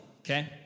okay